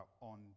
on